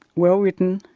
well written,